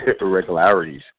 irregularities